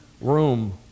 room